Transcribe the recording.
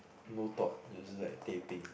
no thought it was just like teh peng